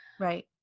Right